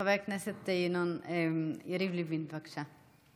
חבר הכנסת יריב לוין, בבקשה.